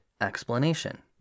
explanation